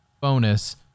bonus